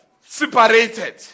separated